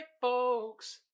folks